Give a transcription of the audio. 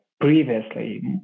previously